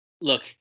Look